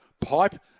Pipe